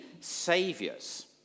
saviors